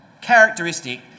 characteristic